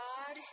God